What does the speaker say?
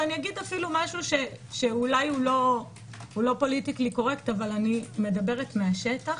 ואומר משהו שהוא לא פוליטיקלי קורקט אבל אני מדברת מהשטח